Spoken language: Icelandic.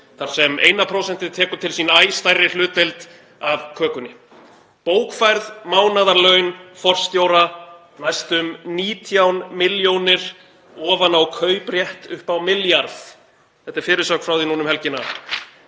prósentið tekur til sín æ stærri hlutdeild af kökunni. „Bókfærð mánaðarlaun forstjóra næstum 19 milljónir ofan á kauprétt upp á milljarð“ — þetta er fyrirsögn frá því um helgina.